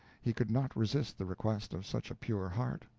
he could not resist the request of such a pure heart.